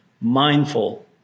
mindful